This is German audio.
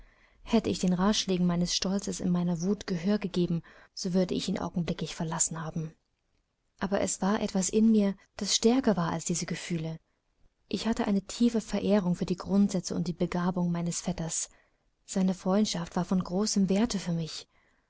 hätte ich den ratschlägen meines stolzes und meiner wut gehör gegeben so würde ich ihn augenblicklich verlassen haben aber es war etwas in mir das stärker war als diese gefühle ich hatte eine tiefe verehrung für die grundsätze und die begabung meines vetters seine freundschaft war von großem werte für mich